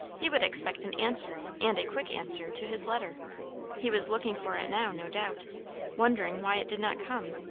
he would expect an answer, and a quick answer, to his letter he was looking for it now, no doubt wondering why it did not come,